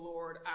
Lord